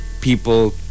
people